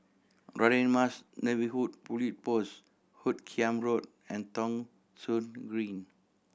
Radin Mas Neighbourhood Police Post Hoot Kiam Road and Thong Soon Green